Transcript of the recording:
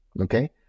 Okay